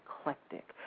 eclectic